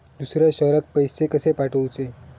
दुसऱ्या शहरात पैसे कसे पाठवूचे?